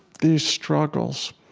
these struggles,